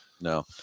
No